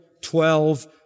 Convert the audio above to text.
twelve